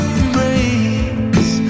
embrace